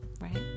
right